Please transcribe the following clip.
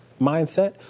mindset